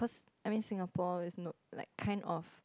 I mean Singapore is not like kind of